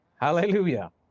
Hallelujah